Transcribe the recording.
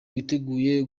witeguye